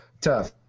Tough